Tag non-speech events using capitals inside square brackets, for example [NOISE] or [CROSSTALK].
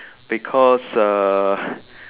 because uh [BREATH]